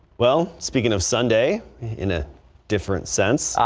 well speaking of sunday in a different sense.